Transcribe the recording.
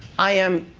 i am,